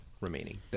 Remaining